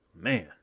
man